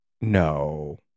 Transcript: No